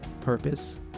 purpose